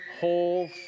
whole